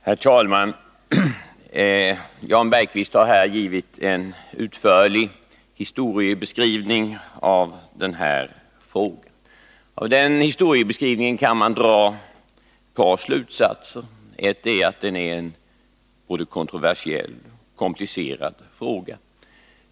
Herr talman! Jan Bergqvist har här anfört en utförlig historieskrivning när det gäller denna fråga. Av den historieskrivningen kan vi dra ett par slutsatser. En är att det är en både kontroversiell och komplicerad fråga.